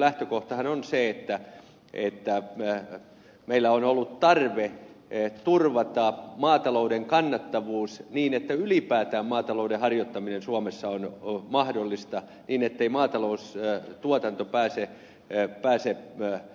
lähtökohtahan on se että meillä on ollut tarve turvata maatalouden kannattavuus niin että ylipäätään maatalouden harjoittaminen suomessa on mahdollista niin ettei maatalous ja tuotanto pääsi ja pääsee maataloustuotanto